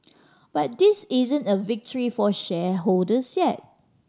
but this isn't a victory for shareholders yet